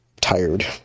tired